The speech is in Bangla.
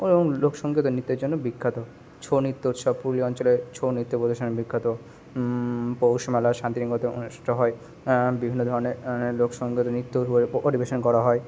ওরম লোকসঙ্গীত আর নৃত্যের জন্য বিখ্যাত ছৌ নিত্য উৎসব পুরুলিয়া অঞ্চলের ছৌ নিত্য প্রদর্শন বিখ্যাত পৌষমেলা শান্তিনিকেতনে অনুষ্ঠিত হয় বিভিন্ন ধরনের লোকসঙ্গীত ও নিত্য উভয়ে পরিবেশন করা হয়